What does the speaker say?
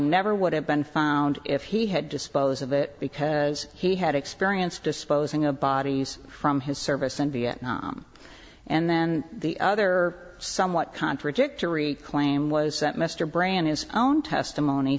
never would have been found if he had dispose of it because he had experience disposing of bodies from his service in vietnam and then the other somewhat contradictory claim was that mr brand his own testimony